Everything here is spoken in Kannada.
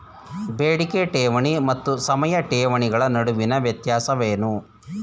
ಬೇಡಿಕೆ ಠೇವಣಿ ಮತ್ತು ಸಮಯ ಠೇವಣಿಗಳ ನಡುವಿನ ವ್ಯತ್ಯಾಸವೇನು?